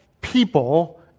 people